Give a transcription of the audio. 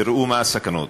וראו מה הסכנות.